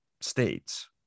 states